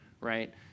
right